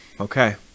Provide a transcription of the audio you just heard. Okay